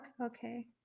okay